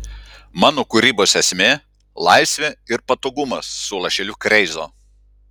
mano kūrybos esmė laisvė ir patogumas su lašeliu kreizo